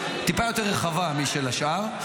טיפה יותר רחבה משל השאר,